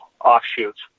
offshoots